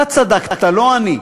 אתה צדקת, לא אני.